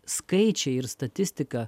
skaičiai ir statistika